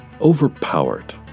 overpowered